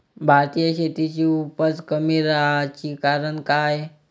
भारतीय शेतीची उपज कमी राहाची कारन का हाय?